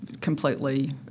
completely